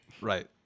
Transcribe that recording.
Right